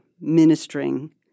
ministering